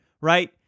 right